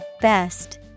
Best